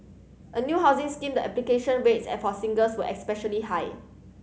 a new housing scheme the application rates for singles were especially high